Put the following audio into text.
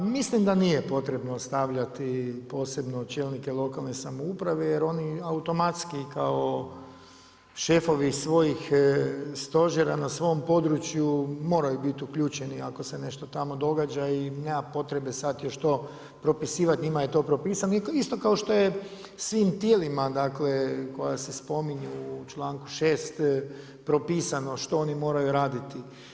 Ma mislim da nije potrebno stavljati posebno čelnike lokalne samouprave jer oni automatski kao šefovi svojih stožera na svom području moraju biti uključeni ako se nešto tamo događa i nema potrebe sada još to propisivati, njima je to propisano, isto kao što je svim tijelima dakle koja se spominju u članku 6. propisano što oni moraju raditi.